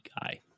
guy